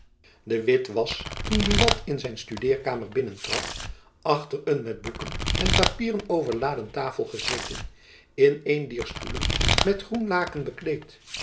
de witt was toen buat in zijn studeerkamer binnentrad achter een met boeken en papieren overladen tafel gezeten in een dier stoelen met groen laken